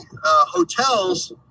hotels